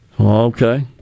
Okay